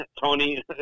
tony